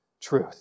truth